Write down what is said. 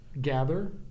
gather